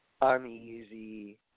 uneasy